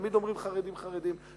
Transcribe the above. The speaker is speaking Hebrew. תמיד אומרים: חרדים, חרדים.